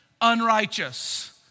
unrighteous